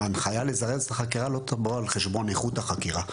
ההנחיה לזרז את החקירה לא תבוא על חשבון איכות החקירה,